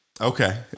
Okay